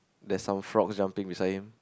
there's some frog jumping beside him